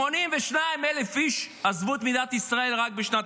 82,000 איש עזבו את מדינת ישראל רק בשנת